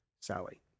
Sally